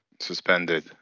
suspended